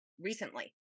recently